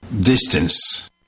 distance